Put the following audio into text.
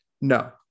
No